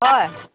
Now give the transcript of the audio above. হয়